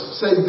say